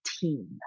team